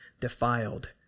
defiled